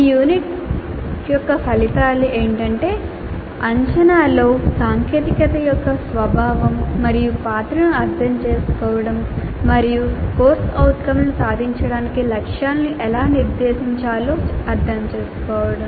ఈ యూనిట్ యొక్క ఫలితాలు అంచనాలో సాంకేతికత యొక్క స్వభావం మరియు పాత్రను అర్థం చేసుకోవడం మరియు CO లను సాధించడానికి లక్ష్యాలను ఎలా నిర్దేశించాలో అర్థం చేసుకోవడం